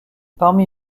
parmi